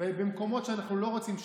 במקומות שאנחנו לא רוצים שיהיו?